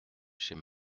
chez